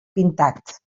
pintat